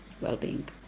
well-being